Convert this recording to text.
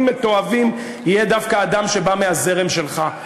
מתועבים יהיה דווקא אדם שבא מהזרם שלך,